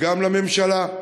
וגם לממשלה,